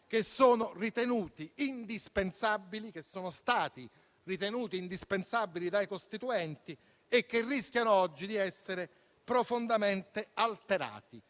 che sono stati ritenuti indispensabili dai Costituenti e che rischiano oggi di essere profondamente alterati.